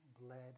bled